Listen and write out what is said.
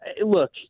look